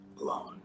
alone